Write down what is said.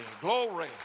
Glory